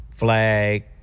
flag